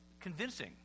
convincing